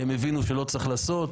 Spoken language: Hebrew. הם הבינו שלא צריך לעשות.